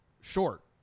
short